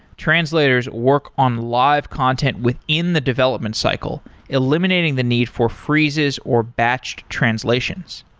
translators work on live content within the development cycle, eliminating the need for freezes or batched translations.